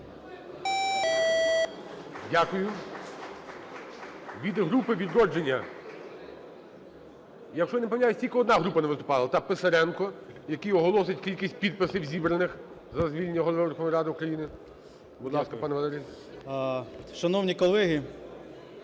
Дякую. Від групи "Відродження"… Якщо я не помиляюсь, тільки одна група не виступала. Так, Писаренко, який оголосить кількість підписів, зібраних за звільнення Голови Верховної Ради України. Будь ласка, пане Валерій. 10:27:33